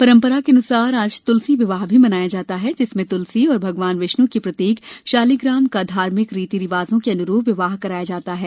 परम्परानुसार आज तुलसी विवाह भी मनाया जाता है जिसमें तुलसी और भगवान विष्णु के प्रतीक शालिग्राम का धार्मिक रीति रिवाजों के अनुरूप विवाह कराया जाता है